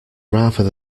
rather